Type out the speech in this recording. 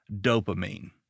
dopamine